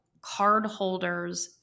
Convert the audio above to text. cardholders